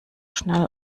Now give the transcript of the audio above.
schnell